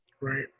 Right